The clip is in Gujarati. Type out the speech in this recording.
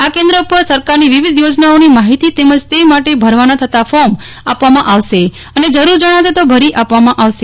આ કેન્દ્ર પર સરકારની વિવિધ યોજનાઓની માહિતી તેમજ તે માટે ભરવાના થતા ફોર્મ આપવામા આવશે અને જરૂર જજ્જાશે તો ભરી આપવામા આવશે